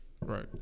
Right